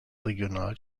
regional